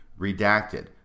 redacted